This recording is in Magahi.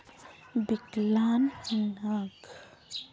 विकलांग लोगोक बिजनेसर केते की लोन मिलवा सकोहो?